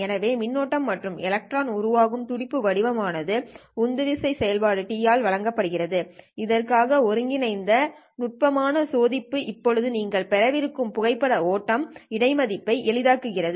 எனவே மின்னோட்டம் அல்லது எலக்ட்ரான் உருவாக்கும் துடிப்பு வடிவம் ஆனது உந்துவிசை செயல்பாடு ஆல் வழங்கப்படுகிறது இதற்காக ஒருங்கிணைந்த நுட்பமான சோதிப்பு இப்போது நீங்கள் பெறவிருக்கும் புகைப்பட ஓட்டம் இடைமதிப்பை எளிதாக்குகிறது